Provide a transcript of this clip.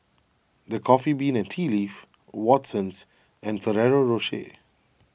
the Coffee Bean and Tea Leaf Watsons and Ferrero Rocher